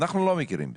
אנחנו לא מכירים בזה.